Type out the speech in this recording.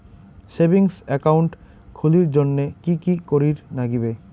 Savings account খুলির জন্যে কি কি করির নাগিবে?